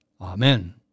Amen